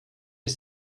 est